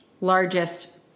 largest